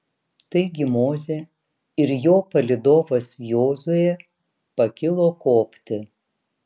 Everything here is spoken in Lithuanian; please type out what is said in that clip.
taigi mozė ir jo palydovas jozuė pakilo kopti